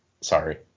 Sorry